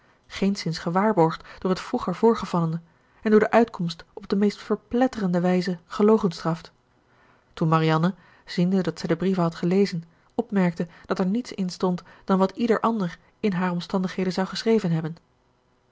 geenszins gewaarborgd door het vroeger voorgevallene en door de uitkomst op de meest verpletterende wijze gelogenstraft toen marianne ziende dat zij de brieven had gelezen opmerkte dat er niets in stond dan wat ieder ander in haar omstandigheden zou geschreven hebben